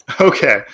Okay